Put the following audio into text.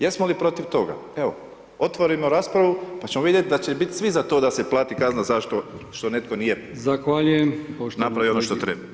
Jesmo li protiv toga, evo otvorimo raspravu pa ćemo vidjet da će bit svi za to da se plati kazna zašto, što netko nije [[Upadica: Zahvaljujem.]] napravio ono što treba.